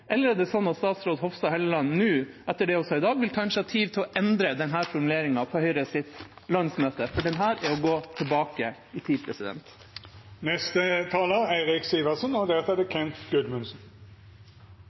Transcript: Eller er det sånn at statsråd Hofstad Helleland nå, etter det hun ser i dag, vil ta initiativ til å endre denne formuleringen på Høyres landsmøte, for dette er å gå tilbake i tid.